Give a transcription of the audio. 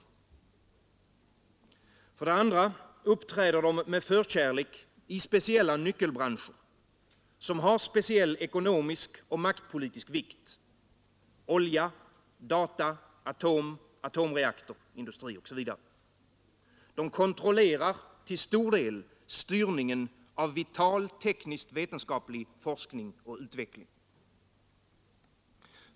För det andra uppträder de med förkärlek i nyckelbranscher, som har speciell ekonomisk och maktpolitisk vikt: olja, data, atomreaktorer osv. De kontrollerar till stor del styrningen av vital teknisk-vetenskaplig forskning och utveckling.